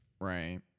Right